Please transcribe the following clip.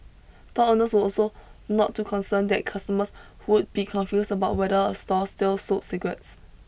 store owners were also not too concerned that customers would be confused about whether a store still sold cigarettes